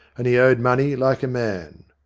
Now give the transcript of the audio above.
and he owed money like a man.